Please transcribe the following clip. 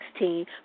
2016